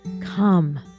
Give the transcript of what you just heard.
Come